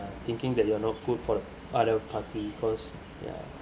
uh thinking that you are not good for the other party cause ya